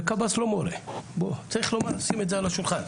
וקב"ס לא מורה, בוא, צריך לשים את זה על השולחן.